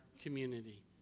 community